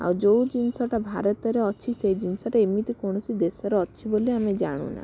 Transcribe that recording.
ଆଉ ଯେଉଁ ଜିନିଷଟା ଭାରତରେ ଅଛି ସେଇ ଜିନିଷଟା ଏମିତି କୌଣସି ଦେଶରେ ଅଛି ବୋଲି ଆମେ ଜାଣୁନା